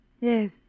Yes